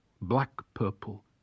black-purple